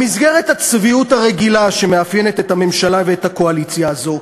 במסגרת הצביעות הרגילה שמאפיינת את הממשלה ואת הקואליציה הזאת,